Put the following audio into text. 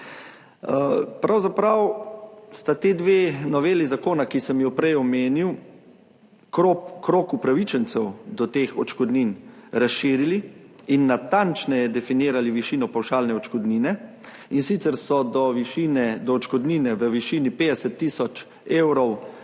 Pravzaprav sta ti dve noveli zakona, ki sem ju prej omenil, krog upravičencev do teh odškodnin razširili in natančneje definirali višino pavšalne odškodnine, in sicer so do odškodnine v višini 50 tisoč evrov